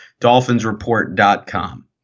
DolphinsReport.com